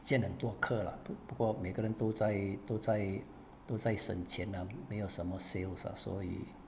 见很多客 lah 不过每个人都在都在都在省钱 ah 没有什么 sales ah 所以